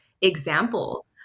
example